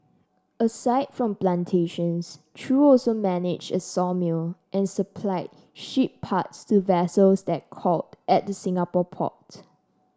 aside from plantations Chew also managed a sawmill and supplied ship parts to vessels that called at the Singapore port